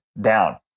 down